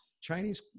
Chinese